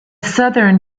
southern